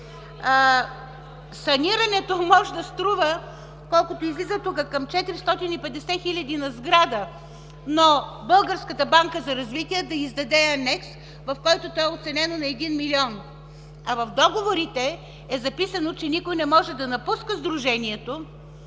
Санирането може да струва, колкото излиза тук, към 450 хиляди на сграда, но Българската банка за развитие да издаде анекс, в който то е оценено на 1 милион, а в договорите е записано, че никой не може да напуска сдружението